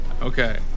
Okay